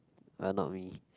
but not me